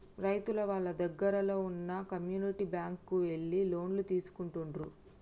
రైతులు వాళ్ళ దగ్గరల్లో వున్న కమ్యూనిటీ బ్యాంక్ కు ఎళ్లి లోన్లు తీసుకుంటుండ్రు